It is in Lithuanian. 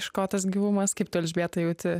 iš ko tas gyvumas kaip tu elžbieta jauti